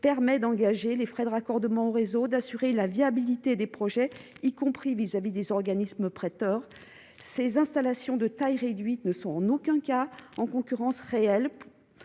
permet d'engager les frais de raccordement au réseau d'assurer la viabilité des projets, y compris vis-à-vis des organismes prêteurs ces installations de taille réduite ne sont en aucun cas en concurrence réelle